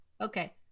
Okay